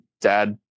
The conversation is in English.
dad